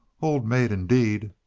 old maid, indeed!